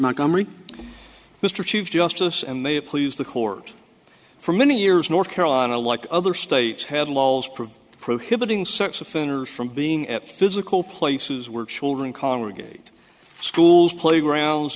montgomery mr chief justice and they please the court for many years north carolina like other states had laws provide prohibiting sex offenders from being at physical places where children congregate schools playgrounds